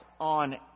on